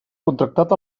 contractat